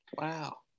Wow